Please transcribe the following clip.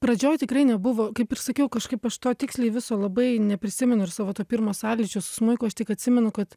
pradžioj tikrai nebuvo kaip ir sakiau kažkaip aš to tiksliai viso labai neprisimenu ir savo to pirmo sąlyčio su smuiku aš tik atsimenu kad